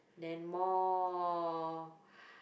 then more